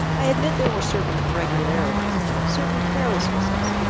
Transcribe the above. i admit there were certain irregularities, certain carelessnesses,